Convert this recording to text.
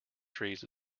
trees